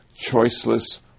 Choiceless